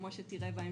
כמו שתראה בהמשך,